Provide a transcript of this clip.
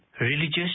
Religious